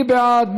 מי בעד?